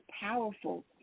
powerful